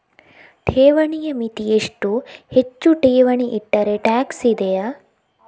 ಠೇವಣಿಯ ಮಿತಿ ಎಷ್ಟು, ಹೆಚ್ಚು ಠೇವಣಿ ಇಟ್ಟರೆ ಟ್ಯಾಕ್ಸ್ ಇದೆಯಾ?